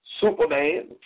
Superman